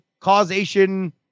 causation